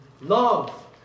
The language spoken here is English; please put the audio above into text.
Love